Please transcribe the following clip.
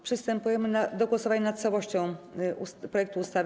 Przystępujemy do głosowania nad całością projektu ustawy.